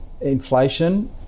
inflation